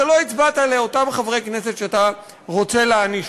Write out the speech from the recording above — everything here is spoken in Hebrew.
שלא הצבעת לאותם חברי כנסת שאתה רוצה להעניש.